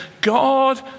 God